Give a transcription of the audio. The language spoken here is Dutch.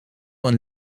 een